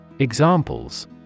Examples